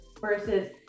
versus